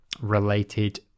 related